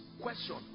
question